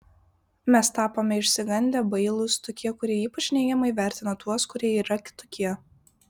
mes tapome išsigandę bailūs tokie kurie ypač neigiamai vertina tuos kurie yra kitokie